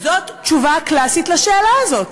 תשובה קלאסית לשאלה הזאת: